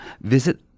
visit